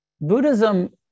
Buddhism